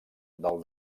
del